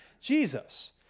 Jesus